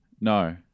No